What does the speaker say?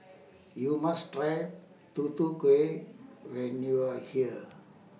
YOU must Try Tutu Kueh when YOU Are here